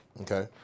Okay